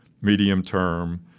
medium-term